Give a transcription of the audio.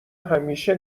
همیشه